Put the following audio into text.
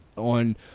on